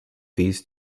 these